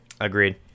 Agreed